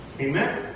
Amen